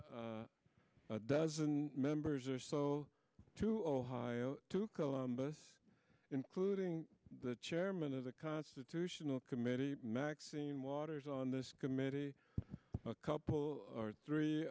a dozen members or so to ohio to columbus including the chairman of the constitutional committee maxine waters on this committee a couple or three